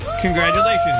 Congratulations